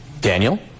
Daniel